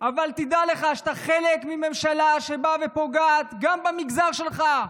אבל תדע לך שאתה חלק מממשלה שבאה ופוגעת גם במגזר שלך.